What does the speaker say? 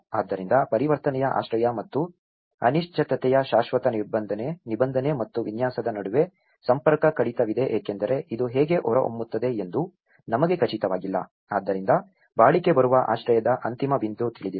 ಆದ್ದರಿಂದ ಪರಿವರ್ತನೆಯ ಆಶ್ರಯ ಮತ್ತು ಅನಿಶ್ಚಿತತೆಯ ಶಾಶ್ವತ ನಿಬಂಧನೆ ಮತ್ತು ವಿನ್ಯಾಸದ ನಡುವೆ ಸಂಪರ್ಕ ಕಡಿತವಿದೆ ಏಕೆಂದರೆ ಇದು ಹೇಗೆ ಹೊರಹೊಮ್ಮುತ್ತದೆ ಎಂದು ನಮಗೆ ಖಚಿತವಾಗಿಲ್ಲ ಆದ್ದರಿಂದ ಬಾಳಿಕೆ ಬರುವ ಆಶ್ರಯದ ಅಂತಿಮ ಬಿಂದು ತಿಳಿದಿಲ್ಲ